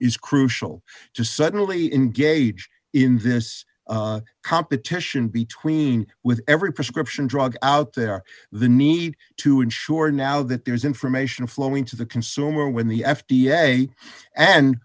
is crucial to suddenly engage in this competition between with every prescription drug out there the need to ensure now that there's information flowing to the consumer when the f d a and